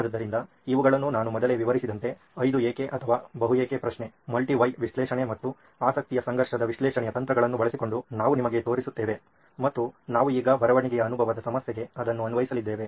ಅದ್ದರಿಂದ ಇವುಗಳನ್ನು ನಾನು ಮೊದಲೇ ವಿವರಿಸಿದಂತೆ "5 ಏಕೆ" ಅಥವಾ "ಬಹು ಏಕೆ ಪ್ರಶ್ನೆ" ಮಲ್ಟಿ "why" ವಿಶ್ಲೇಷಣೆ ಮತ್ತು ಆಸಕ್ತಿಯ ಸಂಘರ್ಷದ ವಿಶ್ಲೇಷಣೆಯ ತಂತ್ರಗಳನ್ನು ಬಳಸಿಕೊಂಡು ನಾವು ನಿಮಗೆ ತೋರಿಸುತ್ತೇವೆ ಮತ್ತು ನಾವು ಈಗ ಬರವಣಿಗೆಯ ಅನುಭವದ ಸಮಸ್ಯೆಗೆ ಅದನ್ನು ಅನ್ವಯಿಸಲಿದ್ದೇವೆ